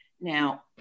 Now